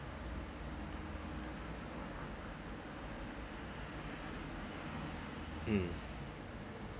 mm